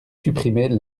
supprimer